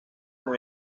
muy